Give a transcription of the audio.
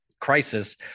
crisis